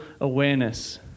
awareness